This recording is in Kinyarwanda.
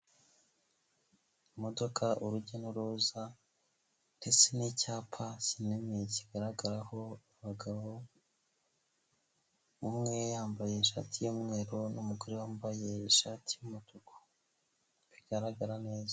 Imodoka, urujya n'ururoza ndetse n'icyapa kinini kigaragaraho abagabo umwe yambaye ishati y'umweru n'umugore wambaye ishati y'umutuku. Bigaragara neza.